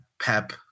Pep